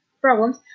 Problems